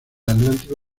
atlántico